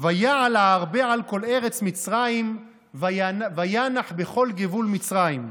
"ויעל הארבה על כל ארץ מצרים וינח בכל גבול מצרים".